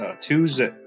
Tuesday